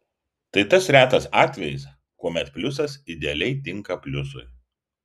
tai tas retas atvejis kuomet pliusas idealiai tinka pliusui